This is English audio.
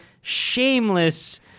shameless